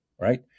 right